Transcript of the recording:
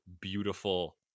beautiful